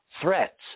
threats